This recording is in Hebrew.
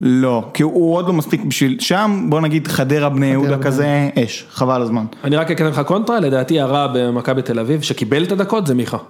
לא, כי הוא עוד לא מספיק בשביל שם, בוא נגיד חדרה בני יהודה כזה, אש, חבל על הזמן. אני רק אקדם לך קונטרה, לדעתי הרע במכה בתל אביב, שקיבל את הדקות זה מיכה.